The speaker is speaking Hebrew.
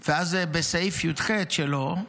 ואז, בסעיף י"ח שלו: